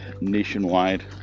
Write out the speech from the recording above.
nationwide